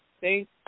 Thank